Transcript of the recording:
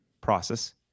process